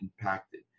impacted